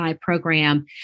program